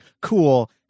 cool